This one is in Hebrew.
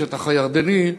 לשטח הירדני,